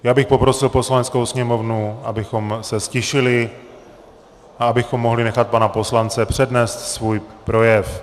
Já bych poprosil Poslaneckou sněmovnu, abychom se ztišili a abychom mohli nechat pana poslance přednést svůj projev.